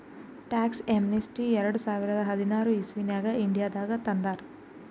tax amnesty ಎರಡ ಸಾವಿರದ ಹದಿನಾರ್ ಇಸವಿನಾಗ್ ಇಂಡಿಯಾನಾಗ್ ತಂದಾರ್